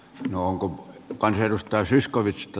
no onko kone edustaa zyskowicz on